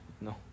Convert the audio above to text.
no